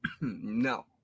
No